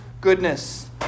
goodness